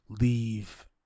leave